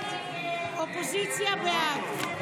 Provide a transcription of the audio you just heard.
הסתייגות 2773 לא